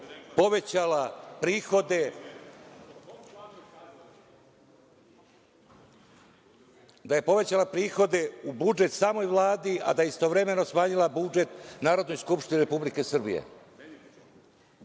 povećala prihode u budžet samoj Vladi, a da je istovremeno smanjila budžet Narodnoj skupštini Republike Srbije. Mi